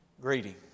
greeting